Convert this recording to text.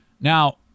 Now